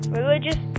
religious